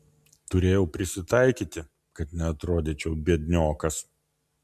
turėjau prisitaikyti kad neatrodyčiau biedniokas